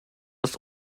ist